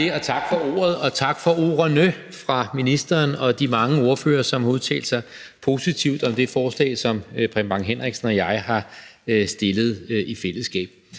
tak for ordet, og tak for ordene fra ministeren og de mange ordførere, som har udtalt sig positivt om det forslag, som Preben Bang Henriksen og jeg har fremsat i fællesskab.